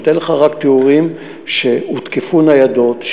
אתן לך רק תיאורים שהותקפו ניידות,